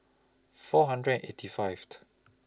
four hundred and eighty Fifth